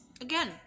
again